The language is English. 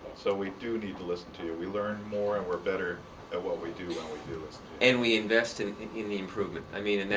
so we do need to listen to you. we learn more, and we're better at what we do when we do listen. and we invest in in the improvement. i mean,